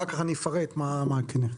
אני אפרט אחר כך לגבי הכנרת.